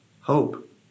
hope